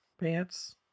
pants